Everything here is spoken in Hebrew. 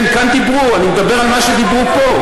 כן, כאן דיברו, ואני מדבר על מה שדיברו פה.